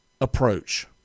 approach